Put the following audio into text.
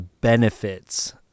benefits